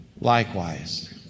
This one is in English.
likewise